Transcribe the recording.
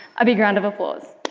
a big round of applause.